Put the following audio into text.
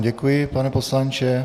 Děkuji vám, pane poslanče.